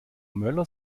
möller